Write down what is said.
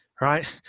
right